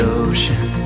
ocean